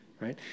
right